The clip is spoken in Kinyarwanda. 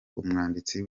umwanditsi